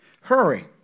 hurry